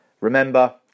Remember